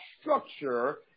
structure